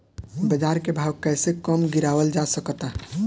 बाज़ार के भाव कैसे कम गीरावल जा सकता?